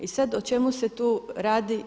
I sada o čemu se tu radi?